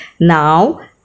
Now